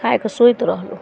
खाइ कऽ सुति रहलहुॅं